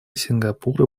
сингапура